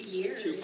Years